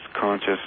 conscious